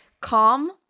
calm